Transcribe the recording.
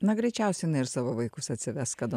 na greičiausiai na ir savo vaikus atsives kada